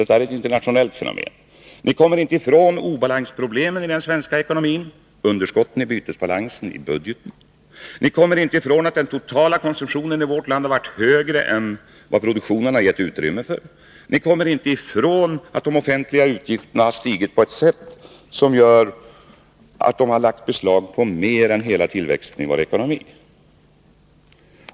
Detta är ett internationellt fenomen. Ni kommer inte ifrån obalansproblemen i den svenska ekonomin — underskotten i bytesbalansen och i budgeten. Ni kommer inte ifrån att den totala konsumtionen i vårt land har varit högre än vad produktionen har givit utrymme för. Inte heller kommer ni ifrån att de offentliga utgifterna har stigit på ett sätt som gör att de har lagt beslag på hela tillväxten i vår ekonomi.